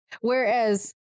whereas